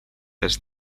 has